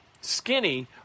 skinny